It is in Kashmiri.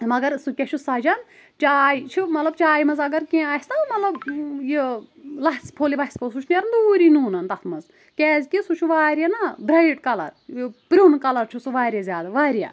مگر سُہ کیاہ چھُ سجان چاۓ چھِ مطلب چایہِ منٛز اگر کینٛہہ آسنہ مطلب یہ لژھہِ پھوٚل وژھہِ پھوٚل سُہ چھُ نیرن دوٗری نوٚن نن تتھ منٛز کیٛازِ کہِ سُہ چھُ واریاہ نہ برایٹ کلر یہ پروٚن کلر چھُ سُہ واریاہ زیادٕ واریاہ